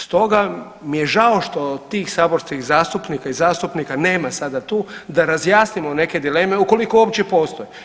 Stoga mi je žao što tih saborskih zastupnika i zastupnika nema sada tu da razjasnimo neke dileme ukoliko uopće postoje.